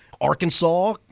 Arkansas